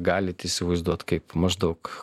galit įsivaizduot kaip maždaug